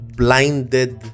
blinded